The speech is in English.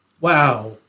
Wow